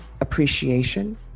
appreciation